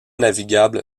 navigable